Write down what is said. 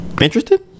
Interested